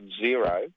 zero